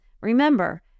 Remember